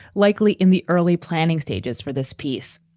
likely in the early planning stages for this piece.